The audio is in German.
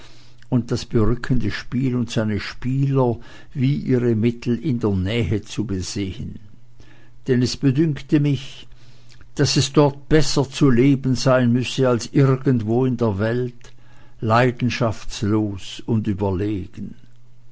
und das berückende spiel und seine spieler wie ihre mittel in der nähe zu besehen denn es bedünkte mich daß es dort besser zu leben sein müsse als irgendwo in der welt leidenschaftslos und überlegen